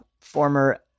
former